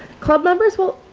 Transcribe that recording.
club members will,